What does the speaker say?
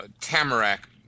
tamarack